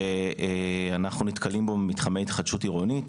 שאנחנו נתקלים בו במתחמי התחדשות עירונית.